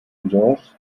george’s